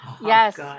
Yes